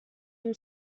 whom